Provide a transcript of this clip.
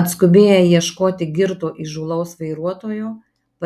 atskubėję ieškoti girto įžūlaus vairuotojo